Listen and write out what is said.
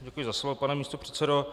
Děkuji za slovo, pane místopředsedo.